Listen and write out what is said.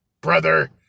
Brother